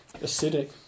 Acidic